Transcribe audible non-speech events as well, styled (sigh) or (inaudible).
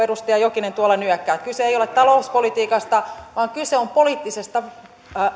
(unintelligible) edustaja jokinen tuolla nyökkää kyse ei ole talouspolitiikasta vaan kyse on poliittisesta